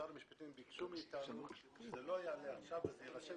משרד המשפטים ביקש מאתנו שזה לא יעלה עכשיו אלא שזה יירשם